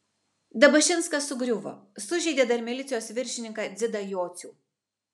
dabašinskas sugriuvo sužeidė dar milicijos viršininką dzidą jocių